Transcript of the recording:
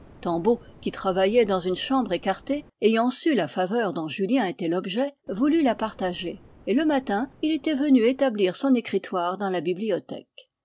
tanbeau qui travaillait dans une chambre écartée ayant su la faveur dont julien était l'objet voulut la partager et le matin il était venu établir son écritoire dans la bibliothèque